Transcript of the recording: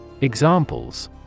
Examples